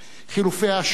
חילופי האשמות,